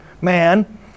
man